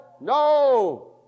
No